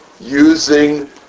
using